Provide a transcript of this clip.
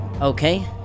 Okay